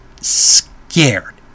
scared